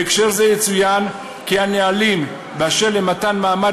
בהקשר זה יצוין כי הנהלים באשר למתן מעמד